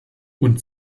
und